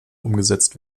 umgesetzt